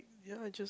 ya just